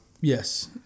Yes